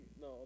No